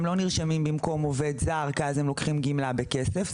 הם לא נרשמים במקום עובד זר כי אז הם לוקחים גמלה בכסף,